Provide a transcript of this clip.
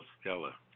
Stella